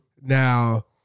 Now